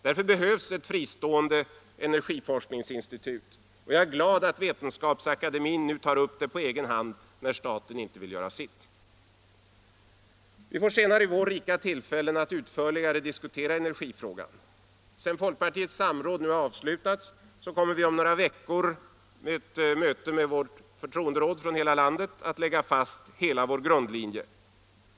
Därför behövs ett fristående energiforskningsinstitut, och jag är glad att Vetenskapsakademien nu tar upp det på egen hand när staten inte vill göra sitt. Vi får senare i vår rika tillfällen att utförligare diskutera energifrågan. Sedan folkpartiets samråd nu avslutats kommer vi om några veckor vid ett möte med vårt förtroenderåd från hela landet att lägga fast hela vår grundlinje.